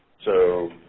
so